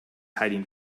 hiding